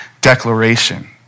declaration